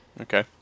Okay